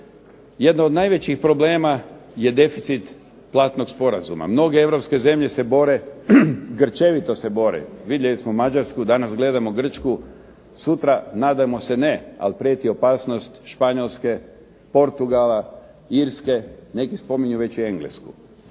Jedno od najvećih problema je deficit platnog sporazuma. Mnoge europske zemlje se grčevito se bore, vidjeli smo Mađarsku, danas gledamo Grčku, sutra nadam se ne ali prijeti opasnost Španjolske, Portugala, Irske, neki spominju već i Englesku.